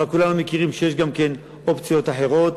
כולנו מכירים שיש גם אופציות אחרות,